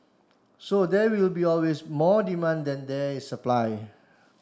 so there will be always more demand than there is supply